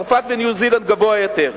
צרפת וניו-זילנד, הוא גבוה יותר.